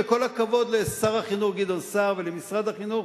וכל הכבוד לשר החינוך גדעון סער ולמשרד החינוך